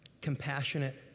compassionate